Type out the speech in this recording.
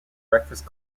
breakfast